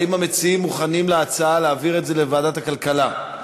האם המציעים מוכנים להצעה להעביר את זה לוועדת הכלכלה?